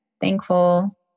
thankful